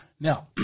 Now